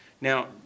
Now